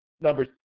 number